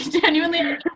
Genuinely